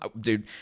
Dude